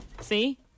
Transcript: See